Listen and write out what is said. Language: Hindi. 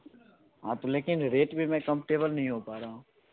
हाँ तो लेकिन रेट में मै कमफ़ोर्टेबल नहीं हो पा रहा हूँ